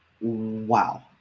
wow